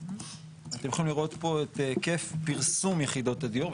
אתם יכולים לראות פה את היקף פרסום יחידות הדיור,